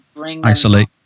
isolate